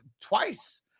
twice